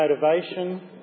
motivation